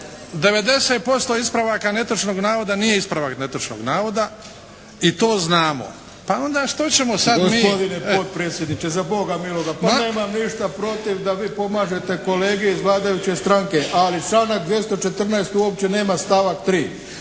90% ispravaka netočnih navoda nije ispravak netočnog navoda i to znamo. Pa onda što ćemo sada mi? **Arlović, Mato (SDP)** Gospodine potpredsjedniče, za Boga miloga pa nemam ništa protiv da vi pomažete kolegi iz vladajuće stranke ali članak 214. uopće nema stavak 3.